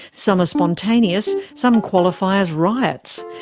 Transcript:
some are spontaneous, some qualify as riots.